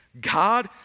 God